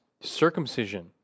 circumcision